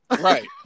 Right